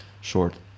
short